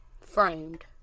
framed